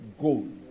gold